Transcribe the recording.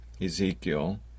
Ezekiel